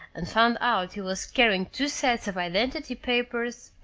and found out he was carrying two sets of identity papers.